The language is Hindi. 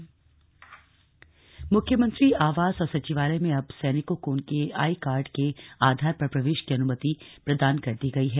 सैनिक सचिवालय प्रवेश मुख्यमंत्री आवास और सचिवालय में अब सैनिकों को उनके आई कार्ड के आधार पर प्रवेश की अनुमति प्रदान कर दी गयी है